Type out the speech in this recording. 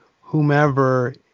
whomever